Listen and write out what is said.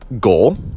goal